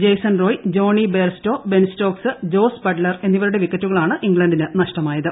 Jaison Roy Jonny Bairstow Ben Stokes Jos Buttler എന്നിവരുടെ വിക്കറ്റുകളാണ് ഇംഗ്ലണ്ടിന് നഷ്ടമായത്